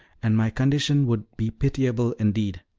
and my condition would be pitiable indeed.